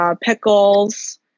pickles